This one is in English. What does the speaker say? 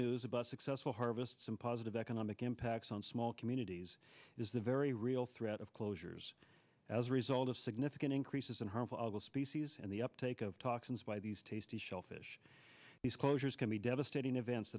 news about successful harvests some positive economic impacts on small communities is the very real threat of closures as a result of significant increases in harmful algal species and the uptake of toxins by these tasty shellfish these closures can be devastating events